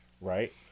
Right